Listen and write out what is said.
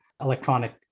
electronic